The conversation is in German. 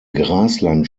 grasland